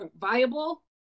viable